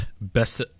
Best